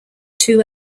two